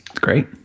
great